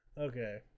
Okay